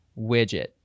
widget